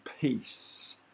peace